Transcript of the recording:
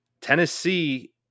Tennessee